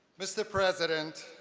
mr. president,